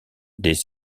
des